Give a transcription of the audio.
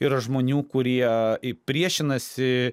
yra žmonių kurie priešinasi